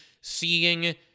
seeing